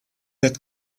had